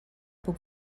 puc